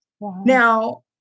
Now